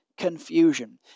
confusion